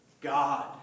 God